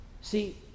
See